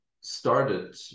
started